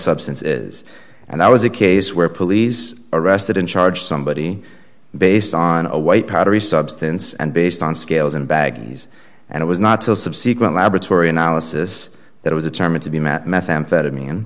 substance is and i was a case where police arrested in charge somebody based on a white powdery substance and based on scales and bag he's and it was not till subsequent laboratory analysis that was the term it to be matt methamphetamine